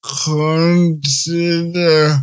consider